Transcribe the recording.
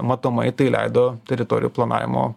matomai tai leido teritorijų planavimo